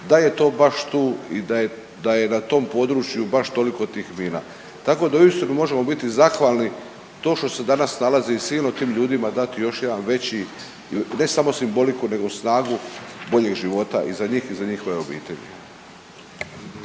da je to baš tu i da je na tom području baš toliko tih mina. Tako da uistinu možemo biti zahvalni to što se danas nalazi i sigurno tim ljudima dati još jedan veći, ne samo simboliku nego snagu boljeg života i za njih i za njihove obitelji.